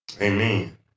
Amen